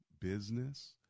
business